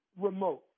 remote